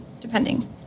depending